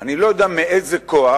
אני לא יודע מאיזה כוח,